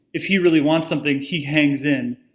if he really wants something he hangs in,